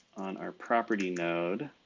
on our property node,